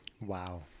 Wow